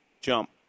jump